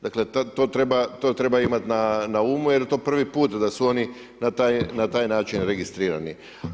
Dakle, to treba imati na umu, jer je to prvi put, da su oni na taj način registrirani.